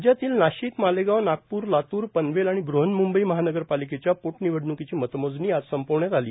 राज्यातील नाशिक मालेगाव नागपूर लातूर पणवेल आणि बृहळ्मुंबई महानगर पालिकेच्या पोटनिवडणुकीची मतमोजणी आज संपविण्यात आली